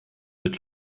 mit